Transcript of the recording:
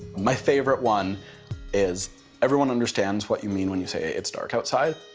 my favorite one is everyone understands what you mean when you say it's dark outside.